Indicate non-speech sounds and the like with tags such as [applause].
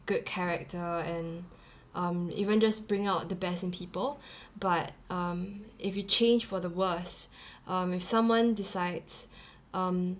good character and [breath] um even just bring out the best in people [breath] but um if you change for the worse [breath] um if someone decides [breath] um